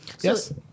Yes